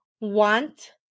want